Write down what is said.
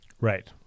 right